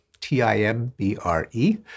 T-I-M-B-R-E